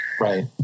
Right